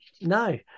No